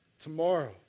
tomorrow